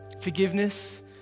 Forgiveness